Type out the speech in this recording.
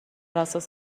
اساس